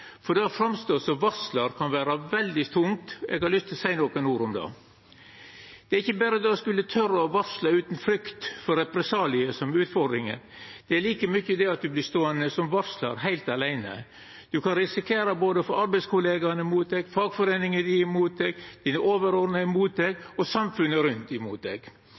For det å stå fram som varslar kan vera veldig tungt. Eg har lyst til å seia nokre ord om det. Det er ikkje berre det å skulla tora å varsla utan frykt for represaliar som er utfordringa. Det er like mykje det at ein som varslar vert ståande heilt aleine. Ein kan risikera å få både arbeidskollegaene mot seg, fagforeiningane mot seg, sine overordna mot seg og samfunnet rundt